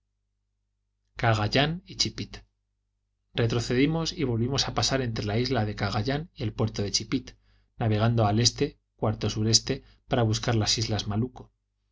y chipit retrocedimos y volvimos a pasar entre la isla de cagayán y el puerto de chipit navegando al este cuarto sureste para buscar las islas malucco